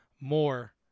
more